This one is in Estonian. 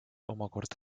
omakorda